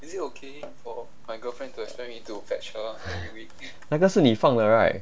那个是你放的 right